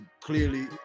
Clearly